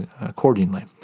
accordingly